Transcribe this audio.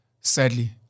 sadly